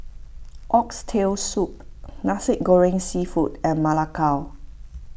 Oxtail Soup Nasi Goreng Seafood and Ma Lai Gao